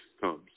comes